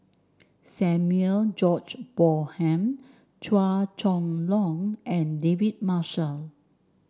Samuel George Bonham Chua Chong Long and David Marshall